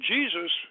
Jesus